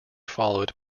followed